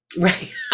Right